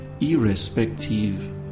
irrespective